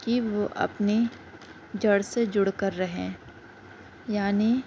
کہ وہ اپنے جڑ سے جڑ کر رہیں یعنی